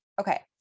Okay